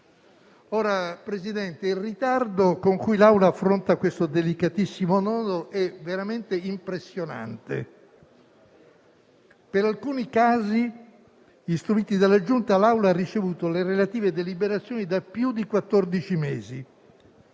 il ritardo con cui l'Aula affronta questo delicatissimo nodo è veramente impressionante. Per alcuni casi istruiti dalla Giunta l'Assemblea ha ricevuto le relative deliberazioni da più di